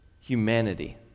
humanity